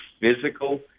physical